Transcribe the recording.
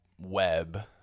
web